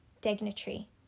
dignitary